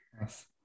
Yes